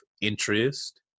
interest